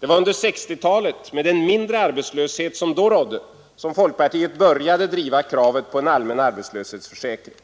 Det var under 1960-talet med den mindre arbetslöshet som då rådde som folkpartiet började driva kravet på en allmän arbetslöshetsförsäkring.